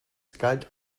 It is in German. galt